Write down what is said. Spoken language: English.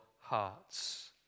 hearts